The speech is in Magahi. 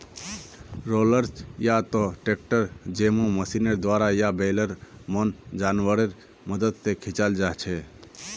रोलर्स या त ट्रैक्टर जैमहँ मशीनेर द्वारा या बैलेर मन जानवरेर मदद से खींचाल जाछे